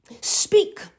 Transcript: Speak